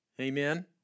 Amen